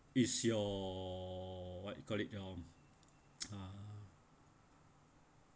is your what you call it your uh